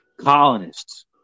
colonists